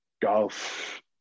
golf